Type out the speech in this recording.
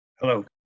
Hello